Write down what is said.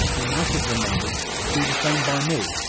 he might have remembered to do the same by me,